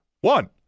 One